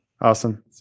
Awesome